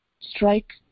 strike